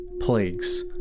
plagues